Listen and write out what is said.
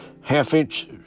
half-inch